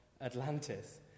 Atlantis